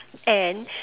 and